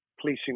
policing